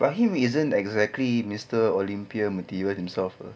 fahim isn't exactly mister olympia material himself [pe]